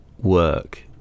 work